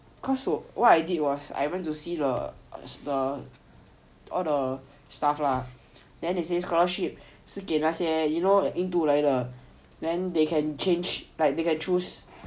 cause what I did was I went to see the the all the stuff lah then it say scholarship 是给那些 you know 印度来的 when they can change like they can choose